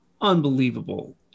unbelievable